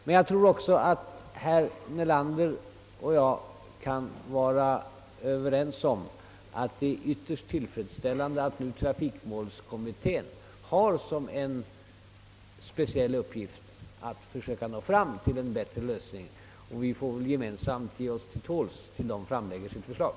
Men jag tror också att herr Nelander och jag kan vara överens om att det är ytterst tillfredsställande att trafikmålskommittén nu har som en speciell uppgift att försöka nå fram till bättre lösningar. Vi får väl gemensamt ge oss till tåls till dess kommittén framlägger sitt förslag.